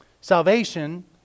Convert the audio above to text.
Salvation